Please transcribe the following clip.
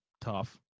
Tough